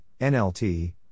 NLT